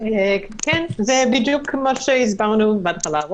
זה בדיוק מה שהסברנו בהתחלה.